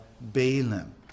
Balaam